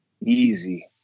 Easy